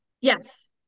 Yes